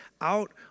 out